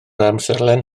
amserlen